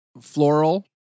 floral